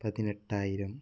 പതിനെട്ടായിരം